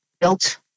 built